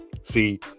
See